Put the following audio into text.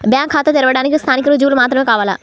Bank ఖాతా తెరవడానికి స్థానిక రుజువులు మాత్రమే కావాలా?